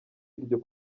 iryo